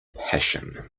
passion